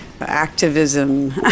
activism